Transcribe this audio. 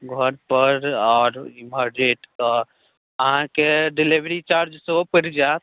घर पर आओर एम्हर जे अहाँके डिलीवरी चार्ज सेहो परि जायत